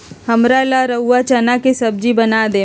हमरा ला रउरा चना के सब्जि बना देम